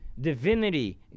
divinity